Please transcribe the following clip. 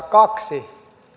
kaksi